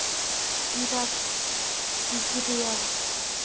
Iraq Israel